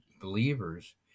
believers